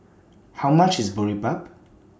How much IS Boribap